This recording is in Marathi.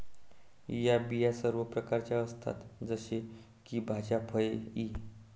या बिया सर्व प्रकारच्या असतात जसे की भाज्या, फळे इ